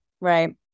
right